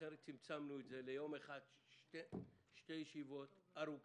לכן צמצמנו את זה לשתי ישיבות ארוכות.